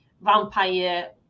vampire